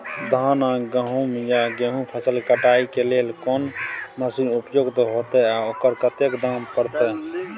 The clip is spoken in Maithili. धान आ गहूम या गेहूं फसल के कटाई के लेल कोन मसीन उपयुक्त होतै आ ओकर कतेक दाम परतै?